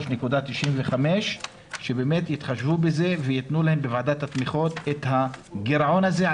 לבין 103.95% וייתנו להם בוועדת התמיכות את הגירעון הזה,